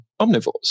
omnivores